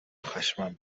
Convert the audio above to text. خشمم